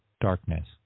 darkness